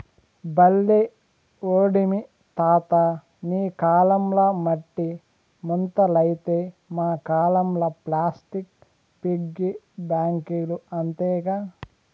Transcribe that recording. బల్లే ఓడివి తాతా నీ కాలంల మట్టి ముంతలైతే మా కాలంల ప్లాస్టిక్ పిగ్గీ బాంకీలు అంతేగా